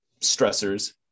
stressors